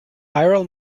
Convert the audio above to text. viral